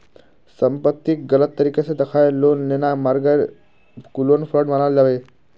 संपत्तिक गलत तरीके से दखाएँ लोन लेना मर्गागे लोन फ्रॉड मनाल जाबे